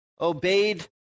obeyed